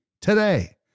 today